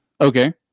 okay